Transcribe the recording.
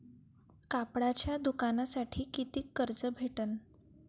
कापडाच्या दुकानासाठी कितीक कर्ज भेटन?